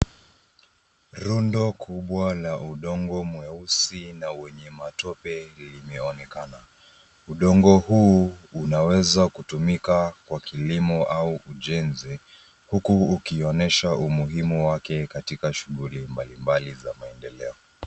Rundo kubwa la udongo mweusi na wenye matope limeonekana. Udongo huu unaweza kutumika kwa kilimo au ujenzi, huku ukionyesha umuhimu wake katika shughuli mbalimbali za maendeleo.